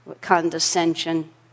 condescension